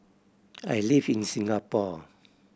I live in Singapore